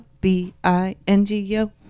B-I-N-G-O